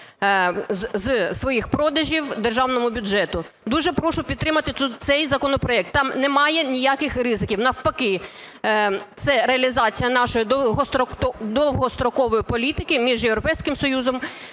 з своїх продажів державному бюджету. Дуже прошу підтримати цей законопроект, там немає ніяких ризиків, навпаки, це реалізація нашої довгострокової політики між Європейським Союзом